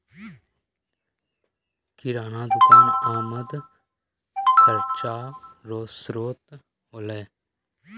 किराना दुकान आमद खर्चा रो श्रोत होलै